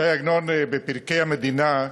ש"י עגנון ב"פרקי המדינה",